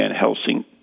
Helsing